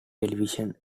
television